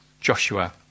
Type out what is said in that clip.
Joshua